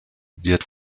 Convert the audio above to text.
wird